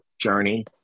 journey